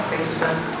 Facebook